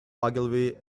ogilvy